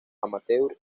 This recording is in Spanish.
amateur